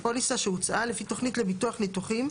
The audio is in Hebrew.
- פוליסה שהוצאה לפי תוכנית לביטוח ניתוחים,